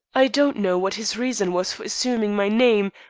i don't know what his reason was for assuming my name,